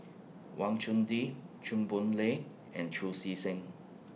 Wang Chunde Chew Boon Lay and Chu See Seng